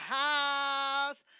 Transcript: house